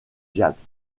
jazz